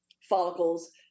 follicles